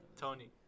Tony